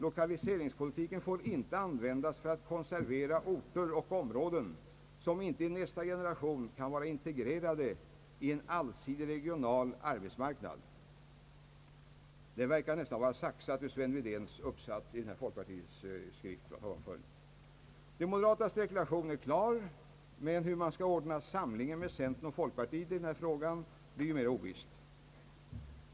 Lokaliseringspolitiken får inte användas för att konservera orter och områden som inte i nästa generation kan vara integrerade i en allsidig regional arbetsmarknad.» Det verkar nästan vara saxat ur herr Sven Wedéns uppsats i folkpartiets programskrift. De moderatas deklaration är klar, men hur man skall ordna samlingen med centern och folkpartiet i denna fråga är mera ovisst.